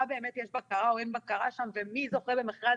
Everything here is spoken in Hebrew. באמת יש בקרה או אין בקרה שם ומי זוכה במכרז